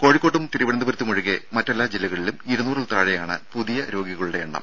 കോഴിക്കോട്ടും തിരുവനന്തപുരത്തുമൊഴികെ മറ്റെല്ലാ ജില്ലകളിലും ഇരുനൂറിൽ താഴെയാണ് പുതിയ രോഗികളുടെ എണ്ണം